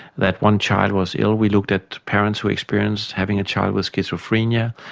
that one child was ill'. we looked at parents who experienced having a child with schizophrenia,